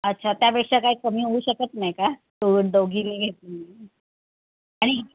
अच्छा त्यापेक्षा काही कमी होऊ शकत नाही का दोन दोघींनी घेत